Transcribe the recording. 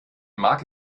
mag